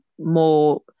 more